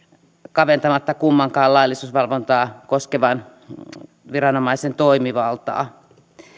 kaventamatta kummankaan laillisuusvalvontaa koskevan viranomaisen toimivaltaa